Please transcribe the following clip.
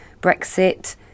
brexit